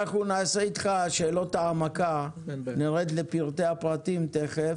עושים איתך שאלות העמקה, נרד לפרטי הפרטים תיכף.